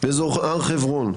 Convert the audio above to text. באזור הר חברון.